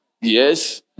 yes